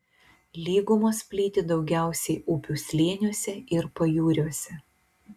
lygumos plyti daugiausiai upių slėniuose ir pajūriuose